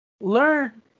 learn